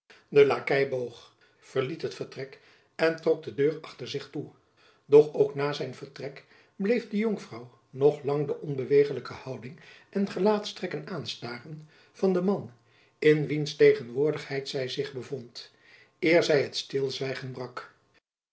lakei boog verliet het vertrek en trok de deur achter zich toe doch ook na zijn vertrek bleef de jonkvrouw nog lang de onbewegelijke houding en gelaatstrekken aanstaren van den man in wiens tegenwoordigheid zy zich bevond eer zy het stilzwijgen brak